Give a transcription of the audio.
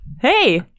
Hey